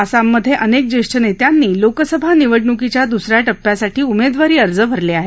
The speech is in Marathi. आसाममध्ये अनेक ज्येष्ठ नेत्यांनी लोकसभा निवडणुकीच्या दुसऱ्या टप्प्यासाठी उमेदवारी अर्ज भरले आहेत